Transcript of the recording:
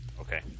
Okay